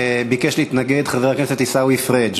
ביקש להתנגד, חבר הכנסת עיסאווי פריג'.